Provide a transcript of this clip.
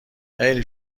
خیلی